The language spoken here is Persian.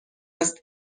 است